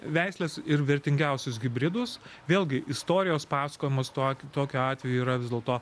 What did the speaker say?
veisles ir vertingiausius hibridus vėlgi istorijos pasakojimas tokiu tokiu atveju yra vis dėlto